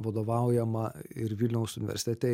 vadovaujamą ir vilniaus universitete